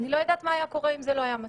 אני לא יודעת מה היה קורה אם זה לא היה המצב.